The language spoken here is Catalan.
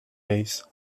ells